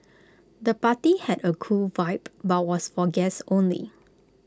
the party had A cool vibe but was for guests only